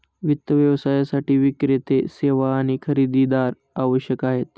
वित्त व्यवसायासाठी विक्रेते, सेवा आणि खरेदीदार आवश्यक आहेत